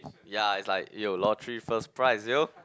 ya it's like yo lottery first prize yo